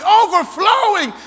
overflowing